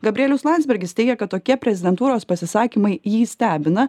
gabrielius landsbergis teigia kad tokie prezidentūros pasisakymai jį stebina